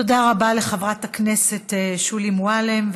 תודה רבה לחברת הכנסת שולי מועלם.